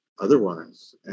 otherwise